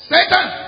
Satan